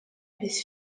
bis